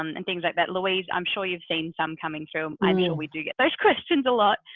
um and things like that, louise, i'm sure you've seen some coming through. i mean, we do get those questions a lot.